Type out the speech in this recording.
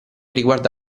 riguarda